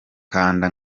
kanda